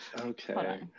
Okay